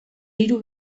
hiru